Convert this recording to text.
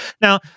Now